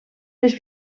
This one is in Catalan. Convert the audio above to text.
les